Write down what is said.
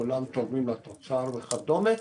כולם תורמים לתוצר וכודמה.